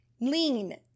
Lean